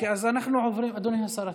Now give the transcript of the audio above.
אדוני השר.